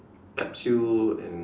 capsule and